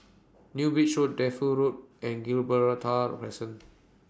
New Bridge Road Defu Road and Gibraltar Crescent